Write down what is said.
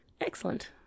Excellent